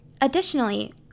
Additionally